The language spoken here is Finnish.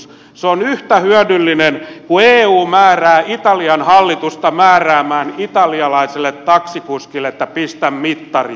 se on yhtä hyödyllinen kuin että eu määrää italian hallitusta määräämään italialaiselle taksikuskille että pistä mittari päälle